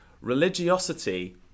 Religiosity